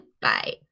Bye